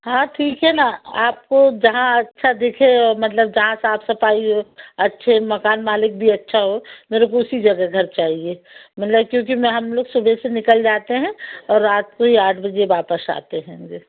हाँ ठीक है ना आपको जहाँ अच्छा दिखे और मतलब जहाँ साफ़ सफ़ाई हो अच्छे मकान मालिक भी अच्छा हो मेरे को उसी जगह घर चाहिए मतलब क्योंकि हम लोग सुबह से निकल जाते हैं और रात को ही आठ बजे वापस आते हैंगे